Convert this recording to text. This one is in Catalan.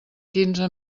quinze